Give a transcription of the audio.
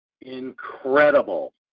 incredible